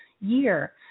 year